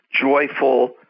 joyful